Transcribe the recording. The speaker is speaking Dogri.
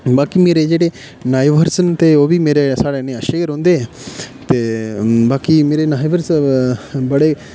बाकी मेरे जेह्ड़े नायबर्स न ते ओह् बी मेरे न साढ़े ने अच्छे गै रौंह्दे ते बाकी मेरे नायबर्स बड़े जेह्ड़े उद्धर